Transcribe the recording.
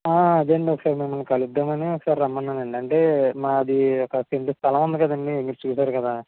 అదేనండి ఒకసారి మిమ్మల్ని కలుద్దాం అని ఒకసారి రమ్మన్నానండి అంటే మాది ఒక సెంటు స్థలం ఉంది కదండీ మీరు చూసారు కదా